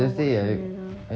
yesterday I